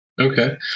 Okay